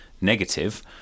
negative